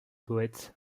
poète